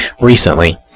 recently